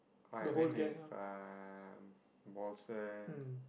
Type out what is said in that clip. I went with uh